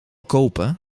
kopen